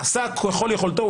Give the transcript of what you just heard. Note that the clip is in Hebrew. ועשה ככל יכולתו.